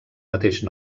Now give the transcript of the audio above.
mateix